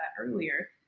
earlier